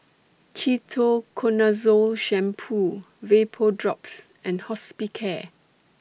Ketoconazole Shampoo Vapodrops and Hospicare